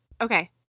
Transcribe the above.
Okay